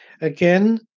Again